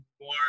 more